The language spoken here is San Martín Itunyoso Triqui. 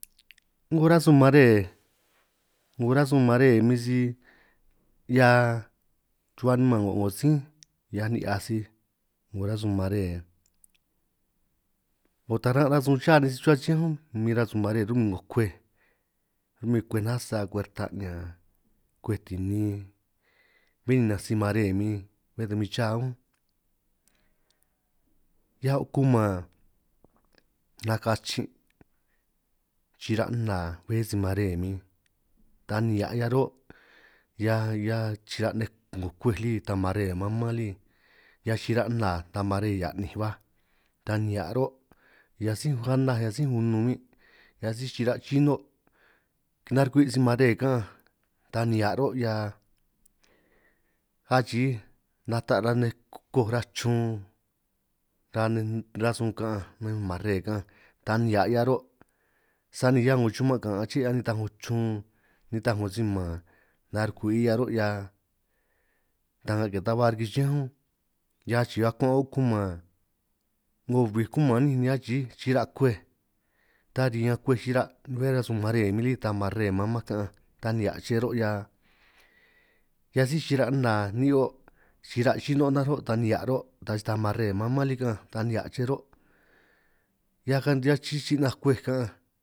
'Ngo rasun mare 'ngo rasun mare min si 'hia chruhua nimán 'ngo 'ngo sí, hiaj ni'hiaj sij 'ngo rasun mare 'ngo taran' rasun cha nej sij chruhua chiñánj únj, min rasun mare ro'min 'ngo kwej ro'min kwej nasa, kwej rta'ñaan, kwej tinin, bé nnanj si mare min bé ta min chá únj 'hiaj o' kuman naka chin' chira' nna, bé si mare min ta nihia' 'hia ruhuo' hiaj hiaj chira' nej 'ngo kwej lí ta mare maan mán lí, hiaj chira' nna ta mare hea'ninj baj ta nihia' ro' hiaj sí anaj hiaj unun min, hiaj sij chira' yinon' kinarugwi' si mare kaanj ta nihia' ro' 'hia, achii nata' ra'a nej koj raa chun ra'a nej rasun kaanj nahuin mare kaan ta nihia' 'hia ruhuo', sani ñan 'ngo chuman' kan' aché nitaj 'ngo chun nitaj 'ngo si man ta rukwi'i 'hia ro' 'hia ta'nga ke ta ba riki chiñán únj, hiaj achiij akuan' oj kuman 'ngo bij kuman ninj ni achii yichra kwej, ta riñan kwej chira' bé rasun mare min lí ta man mare mmanj kaanj ta nihia' che ro' 'hia, hiaj sij chira' nna nihioj chira' xino' nanj ro' ta nihia' ro', ta si ta mare maan lí kaanj ta nihia che ro' hiaj hiaj chi chi' chinanj kwej kaanj.